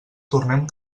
tornem